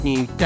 New